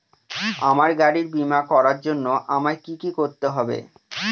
আমার গাড়ির বীমা করার জন্য আমায় কি কী করতে হবে?